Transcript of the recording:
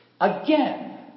again